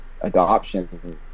adoption